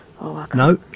No